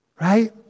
Right